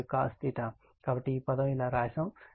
కాబట్టి ఈ పదం ఇలా వ్రాయబడింది కాబట్టి ఇది3 VL IL cos